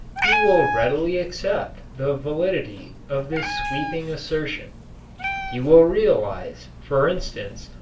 he will readily accept the validity of this sweeping assertion he will realize, for instance,